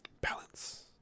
Balance